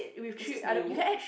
is this new